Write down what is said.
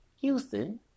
Houston